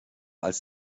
als